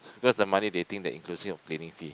because the money they think that inclusive of cleaning fee